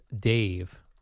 dave